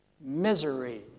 misery